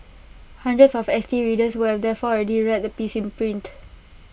hundreds of S T readers would have therefore already read the piece in print